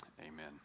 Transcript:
amen